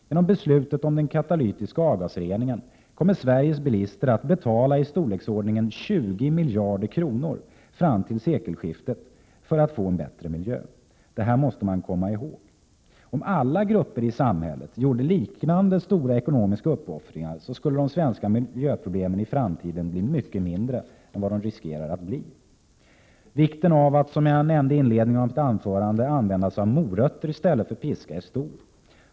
Genom beslutet om den katalytiska avgasreningen kommer Sveriges bilister att betala i storleksordningen 20 miljarder kronor fram till sekelskiftet för att få en bättre miljö. Detta måste man komma ihåg. Om alla grupper i samhället gjorde lika stora ekonomiska uppoffringar skulle de svenska miljöproblemen i framtiden troligen bli mycket mindre än vad de riskerar att bli. Vikten av att, som jag nämnde i inledningen av mitt anförande, använda morötter i stället för piska är stor.